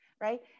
right